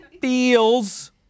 feels